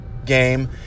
game